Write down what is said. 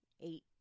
eight